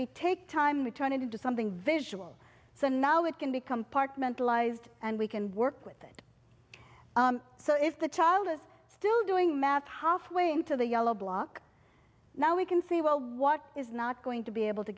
we take time to turn it into something visual so now it can become part mentalizing and we can work with that so if the child is still doing math halfway into the yellow block now we can say well what is not going to be able to